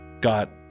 got